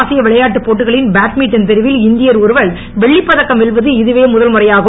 ஆசிய விளையாட்டு போட்டிகளின் பேட்மிண்டன் பிரிவில் இந்தியர் ஒருவர் வெள்ளிப் பதக்கம் வெல்வது இதுவே முதல் முறையாகும்